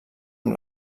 amb